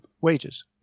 wages